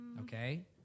Okay